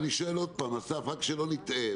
אני שואל עוד פעם, אסף, רק שלא נטעה.